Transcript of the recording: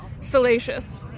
Salacious